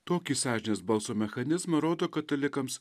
tokį sąžinės balso mechanizmą rodo katalikams